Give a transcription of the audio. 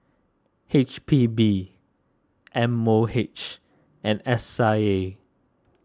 H P B M O H and S I A